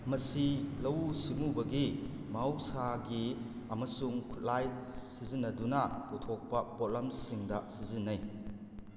ꯃꯁꯤ ꯂꯧꯎ ꯁꯤꯡꯎꯕꯒꯤ ꯃꯍꯧꯁꯥꯒꯤ ꯑꯃꯁꯨꯡ ꯈꯨꯠꯂꯥꯏ ꯁꯤꯖꯤꯟꯅꯗꯨꯅ ꯄꯨꯊꯣꯛꯄ ꯄꯣꯠꯂꯝꯁꯤꯡꯗ ꯁꯤꯖꯤꯟꯅꯩ